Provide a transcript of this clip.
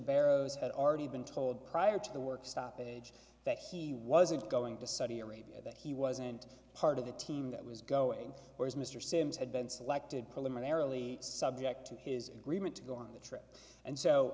barrows had already been told prior to the work stoppage that he wasn't going to saudi arabia that he wasn't part of the team that was going or as mr simms had been selected preliminarily subject to his agreement to go on the trip and so